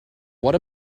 what